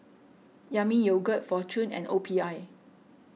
Yami Yogurt fortune and O P I